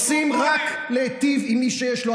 אתם רוצים רק להיטיב עם מי שיש לו,